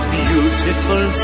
beautiful